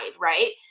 right